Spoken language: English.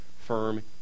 firm